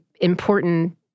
important